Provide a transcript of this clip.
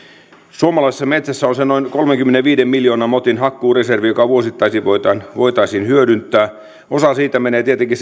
suomalaisessa metsässä on se noin kolmenkymmenenviiden miljoonan motin hakkuureservi joka vuosittain voitaisiin voitaisiin hyödyntää osa siitä menee tietenkin